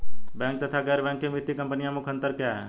Bank तथा गैर banking वित्तीय कंपनियों में मुख्य अंतर क्या है?